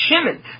Shimon